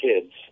kids